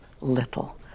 little